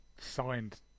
signed